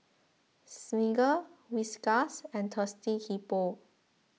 Smiggle Whiskas and Thirsty Hippo